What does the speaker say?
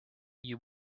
you